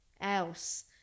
else